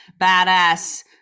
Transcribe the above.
badass